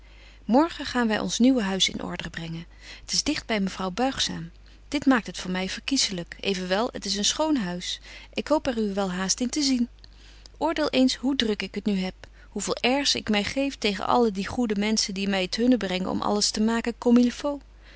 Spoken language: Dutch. morgen gaan wy ons nieuwe huis in order brengen het is digt by mevrouw buigzaam dit maakt het voor my verkiesselyk evenwel het is een schoon huis ik hoop er u wel haast in te zien oordeel eens hoe druk ik het nu heb hoe veel airs ik my geef tegen alle die goede menschen die my t hunne brengen om alles te maken comme il